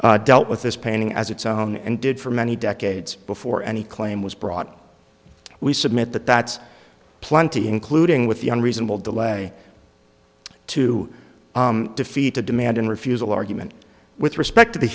dealt with this painting as its own and did for many decades before any claim was brought we submit that that's plenty including with the unreasonable delay to defeat a demand in refusal argument with respect to